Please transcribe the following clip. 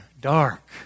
dark